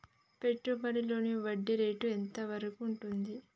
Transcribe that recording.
పెట్టుబడులలో వడ్డీ రేటు ఎంత వరకు ఉంటది?